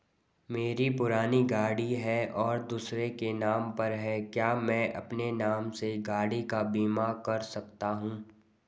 मेरी पुरानी गाड़ी है और दूसरे के नाम पर है क्या मैं अपने नाम से गाड़ी का बीमा कर सकता हूँ?